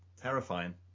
Terrifying